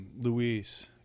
Luis